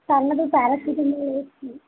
తలనొప్పికి paracetamol వేసు